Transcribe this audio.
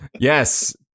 Yes